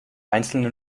einzelne